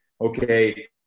okay